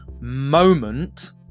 moment